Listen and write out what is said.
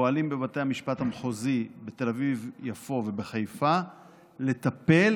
שפועלים בבתי המשפט המחוזיים בתל אביב-יפו ובחיפה לטפל